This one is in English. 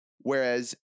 whereas